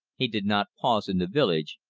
he did not pause in the village,